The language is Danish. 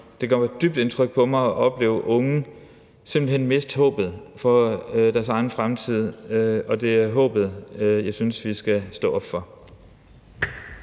Det gør dybt indtryk på mig at opleve unge simpelt hen miste håbet for deres egen fremtid, og det er håbet, jeg synes vi skal stå op for.